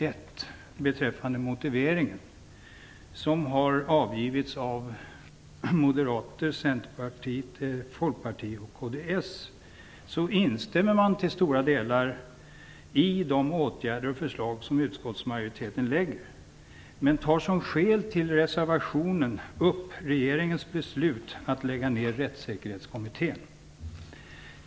1 beträffande motiveringen, som har avgivits av Moderaterna, Centerpartiet, Folkpartiet och kds, instämmer man till stora delar i de åtgärder och förslag som utskottsmajoriteten lägger, men tar som skäl för reservationen upp regeringens beslut att lägga ner rättssäkerhetskommittén.